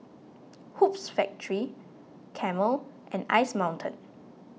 Hoops Factory Camel and Ice Mountain